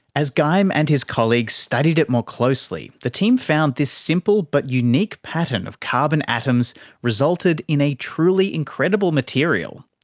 as geim and his colleagues studied it more closely, the team found this simple but unique pattern of carbon atoms resulted in a truly incredible material.